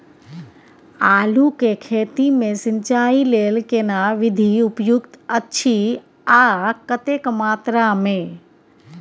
आलू के खेती मे सिंचाई लेल केना विधी उपयुक्त अछि आ कतेक मात्रा मे?